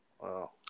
Wow